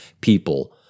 people